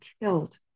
killed